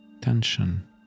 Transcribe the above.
tension